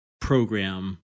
program